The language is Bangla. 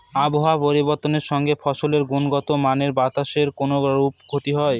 আবহাওয়ার পরিবর্তনের সঙ্গে ফসলের গুণগতমানের বাতাসের কোনরূপ ক্ষতি হয়?